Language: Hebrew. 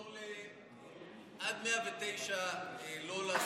עד 109 לא,